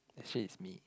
actually is me